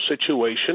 situation